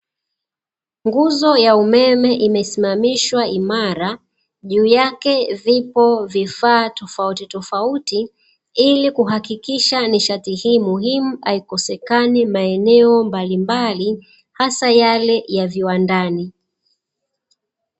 Nguzo ya umeme imesimamishwa imara, juu yake vipo vifaaa tofauti tofauti, ili kuhakikisha nishati hii muhimu haikosekani maeneo mbalimbali hasa yale ya viwandani .